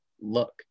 look